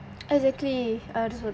exactly I just want